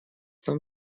том